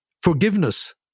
forgiveness